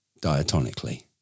diatonically